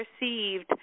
received